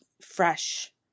fresh